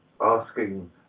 asking